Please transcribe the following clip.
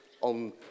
on